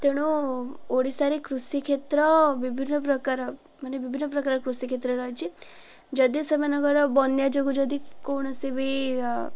ତେଣୁ ଓଡ଼ିଶାରେ କୃଷି କ୍ଷେତ୍ର ବିଭିନ୍ନ ପ୍ରକାର ମାନେ ବିଭିନ୍ନ ପ୍ରକାର କୃଷି କ୍ଷେତ୍ର ରହିଛି ଯଦି ସେମାନଙ୍କର ବନ୍ୟା ଯୋଗୁଁ ଯଦି କୌଣସି ବି